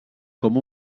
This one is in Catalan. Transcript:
com